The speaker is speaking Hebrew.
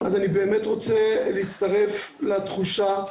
אז אני רוצה להצטרף לתחושה,